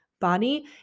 body